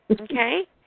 Okay